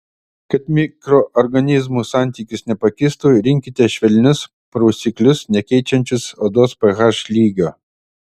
kad mikroorganizmų santykis nepakistų rinkitės švelnius prausiklius nekeičiančius odos ph lygio